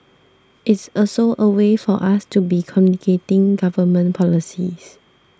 it's also a way for us to be communicating government policies